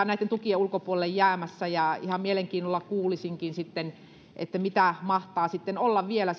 näitten tukien ulkopuolelle jäämässä ihan mielenkiinnolla kuulisinkin sitten mitä sellaisia yrityksiä mahtaa sitten olla vielä